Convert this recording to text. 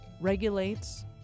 regulates